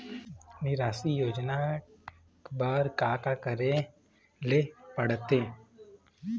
निराश्री योजना बर का का करे ले पड़ते?